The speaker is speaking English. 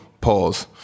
pause